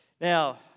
Now